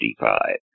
55